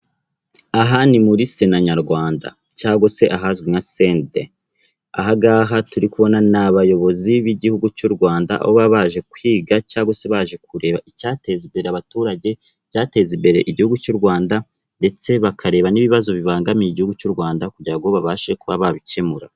Aha ni muri sena nyarwanda cyangwa se ahazwi nka senide, aha gaha turi kubona ni abayobozi b'igihugu cy'u Rwanda aho baba baje kwiga cyangwa se baje kureba icyateza imbere abaturage, icyateza imbere igihugu cy'u Rwanda ndetse bakareba n'ibibazo bibangamiye igihugu cy'u Rwanda kugira ngo babashe kuba babikemura.